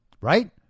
right